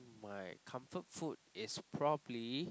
my comfort food is probably